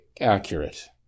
accurate